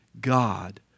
God